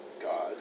God